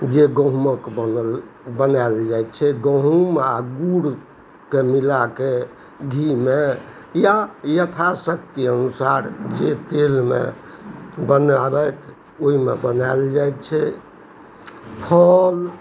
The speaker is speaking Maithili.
जे गहूमक बनल बनाएल जाइ छै गहूम आओर गुड़के मिलाकऽ घीमे या यथाशक्ति अनुसार जे तेलमे बनाबथि ओहिमे बनाएल जाइ छै फल